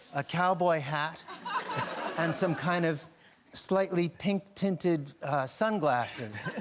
a cowboy hat and some kind of slightly pink tinted sunglasses.